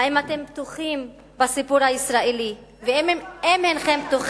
שתתבייש להגיד מעשה